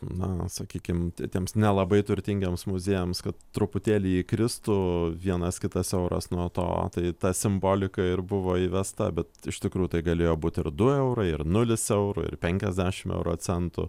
na sakykim tie tiems nelabai turtingiems muziejams kad truputėlį įkristų vienas kitas euras nuo to tai ta simbolika ir buvo įvesta bet iš tikrųjų tai galėjo būt ir du eurai ir nulis eurų ir penkiasdešim euro centų